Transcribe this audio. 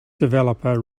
developer